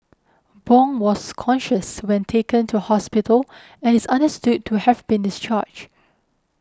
Bong was conscious when taken to hospital and is understood to have been discharged